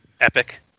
Epic